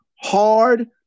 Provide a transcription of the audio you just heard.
hard